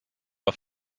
auf